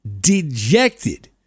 dejected